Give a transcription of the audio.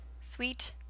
sweet